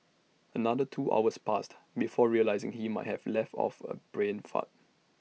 another two hours passed before realising he might have let off A brain fart